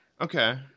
Okay